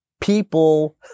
People